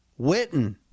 Witten